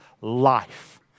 life